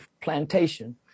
Plantation